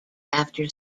after